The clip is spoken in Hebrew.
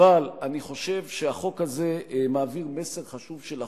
אבל אני חושב שהחוק הזה מעביר מסר חשוב של אחדות,